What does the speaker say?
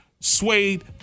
suede